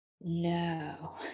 No